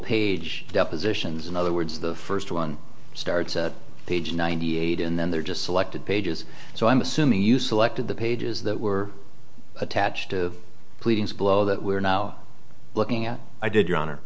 page depositions in other words the first one starts at page ninety eight and then they're just selected pages so i'm assuming you selected the pages that were attached to pleadings below that we're now looking at i did your honor